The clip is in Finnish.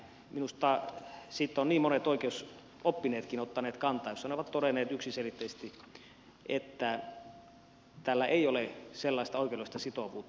siihen ovat hyvin monet oikeusoppineetkin ottaneet kantaa ja he ovat todenneet yksiselitteisesti että tällä ei ole sellaista oikeudellista sitovuutta